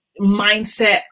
mindset